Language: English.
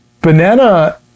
Banana